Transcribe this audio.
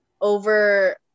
over